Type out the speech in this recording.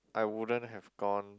I wouldn't have gone